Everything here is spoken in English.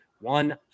one